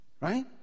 Right